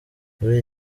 muri